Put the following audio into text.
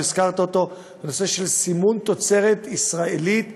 לא הזכרת אותו: הנושא של סימון מתוצרת ישראלית בכחול-לבן.